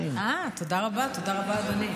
אה, תודה רבה, תודה רבה, אדוני.